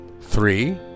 Three